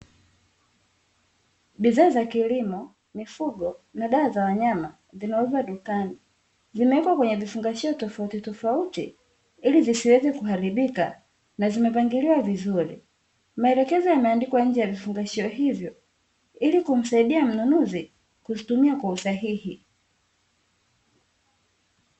Bidhaa za kilimo, mifugo na dawa za wanyama zinauzwa dukani. Zimewekwa kwenye vifungashio tofautitofauti ili zisiweze kuharibika, na zimepangiliwa vizuri. Maelekezo yameandikwa nje ya vifungashio hivyo, ili kumsaidia mnunuzi kuzitumia kwa usahihi.